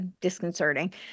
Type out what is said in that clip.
disconcerting